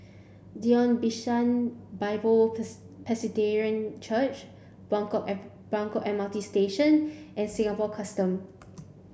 Zion Bishan Bible Presbyterian Church Buangkok app Buangkok M R T Station and Singapore Custom